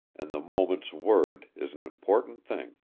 and the moment's word is an important thing.